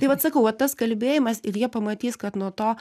tai vat sakau va tas kalbėjimas ir jie pamatys kad nuo to